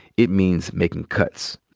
it means making cuts.